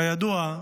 כידוע,